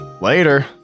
later